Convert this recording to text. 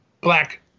black